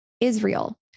Israel